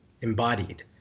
embodied